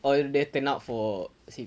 orh the~ then turn out for s~